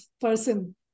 person